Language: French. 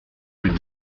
peut